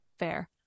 fair